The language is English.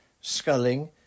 sculling